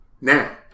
Now